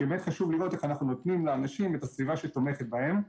כי באמת חשוב לראות איך אנחנו נותנים לאנשים את הסביבה שתומכת בהם.